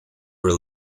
were